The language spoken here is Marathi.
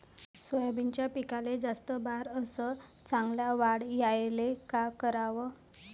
सोयाबीनच्या पिकाले जास्त बार अस चांगल्या वाढ यायले का कराव?